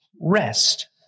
rest